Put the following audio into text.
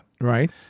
right